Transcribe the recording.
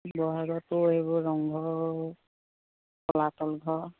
বহাগতো এইবোৰ ৰংঘৰ তলাতল ঘৰ